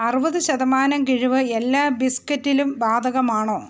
അറുപത് ശതമാനം കിഴിവ് എല്ലാ ബിസ്ക്കറ്റിലും ബാധകമാണോ